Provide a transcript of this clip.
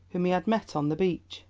whom he had met on the beach.